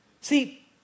See